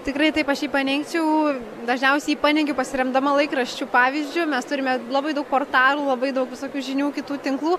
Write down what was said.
tikrai taip aš jį paneigčiau dažniausiai paneigiu pasiremdama laikraščių pavyzdžiu mes turime labai daug portalų labai daug visokių žinių kitų tinklų